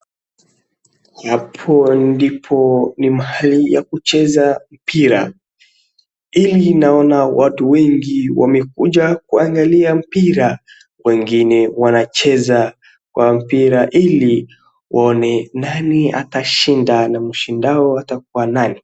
Hapo ndipo ni mahali ya kucheza mpira, ili naona watu wengi wamekuja kuangalia mpira, wengine wanacheza kwa mpira ili waone nani atashinda na mshindao atakuwa nani.